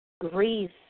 grief